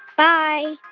bye